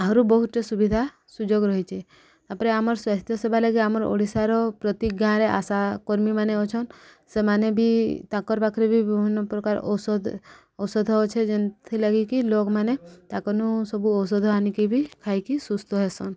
ଆହୁରି ବହୁତଟେ ସୁବିଧା ସୁଯୋଗ ରହିଛେ ତାପରେ ଆମର ସ୍ୱାସ୍ଥ୍ୟ ସେବା ଲାଗି ଆମର ଓଡ଼ିଶାର ପ୍ରତି ଗାଁରେ ଆଶା କର୍ମୀମାନେ ଅଛନ୍ ସେମାନେ ବି ତାଙ୍କର ପାଖରେ ବି ବିଭିନ୍ନ ପ୍ରକାର ଔଷଧ ଔଷଧ ଅଛେ ଯେନ୍ତିର୍ ଲାଗି କିି ଲୋକମାନେ ତାଙ୍କନୁ ସବୁ ଔଷଧ ଆଣିକି ବି ଖାଇକି ସୁସ୍ଥ ହେଇସନ୍